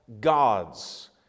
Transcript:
gods